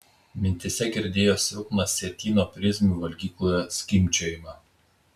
mintyse girdėjo silpną sietyno prizmių valgykloje skimbčiojimą